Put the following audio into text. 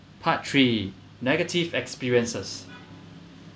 part three negative experiences